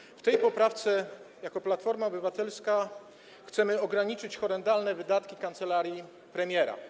Za pomocą tej poprawki jako Platforma Obywatelska chcemy ograniczyć horrendalne wydatki kancelarii premiera.